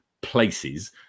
places